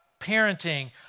parenting